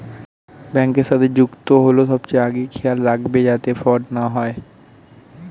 ব্যাংকের সাথে যুক্ত হল সবচেয়ে আগে খেয়াল রাখবে যাতে ফ্রড না হয়